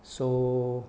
so